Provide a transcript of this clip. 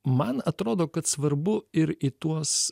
man atrodo kad svarbu ir į tuos